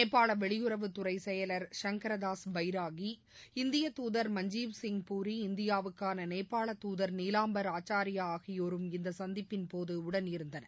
நேபாள வெளியுறவுத்துறை செயலர் சங்கரதாஸ் பெய்ராகி இந்திய தூதர் மஞ்சீவ்சிங் பூரி இந்தியாவுக்காள நேபாள தூதர் நீலாம்பர் ஆச்சார்யா ஆகியோரும் இந்த சந்திப்பின்போது உடனிருந்தனர்